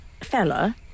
fella